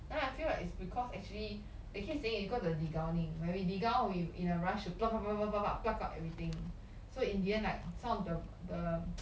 then I feel like it's because actually actually saying is because of the de-gowning when we de-gown in a rush pluck out everything so in the end like some of the the